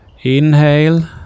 Inhale